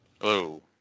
Hello